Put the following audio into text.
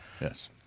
Yes